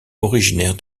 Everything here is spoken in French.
originaire